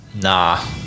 nah